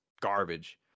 garbage